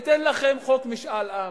אתן לכם חוק משאל עם.